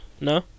No